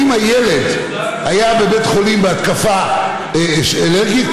האם הילד היה בבית החולים בהתקפה אלרגית,